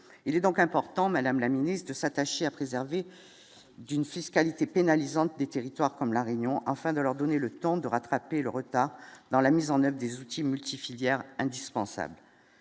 il est donc important, madame la ministre, de s'attacher à préserver d'une fiscalité pénalisante des territoires comme la réunion afin de leur donner le temps de rattraper le retard dans la mise en des outils multi-filières indispensable,